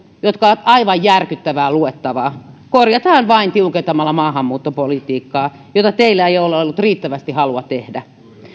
jotka ovat aivan järkyttävää luettavaa korjataan vain tiukentamalla maahanmuuttopolitiikkaa mitä teillä ei ole ollut riittävästi halua tehdä